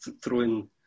throwing